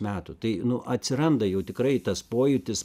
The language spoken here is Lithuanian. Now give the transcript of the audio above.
metų tai nu atsiranda jau tikrai tas pojūtis